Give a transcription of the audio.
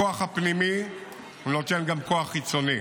הכוח הפנימי נותן גם כוח חיצוני.